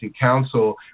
Council